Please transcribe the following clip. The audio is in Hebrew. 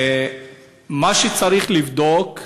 מה שצריך לבדוק,